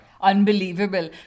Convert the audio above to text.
unbelievable